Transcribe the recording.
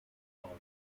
policy